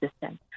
system